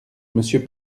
monsieur